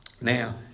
now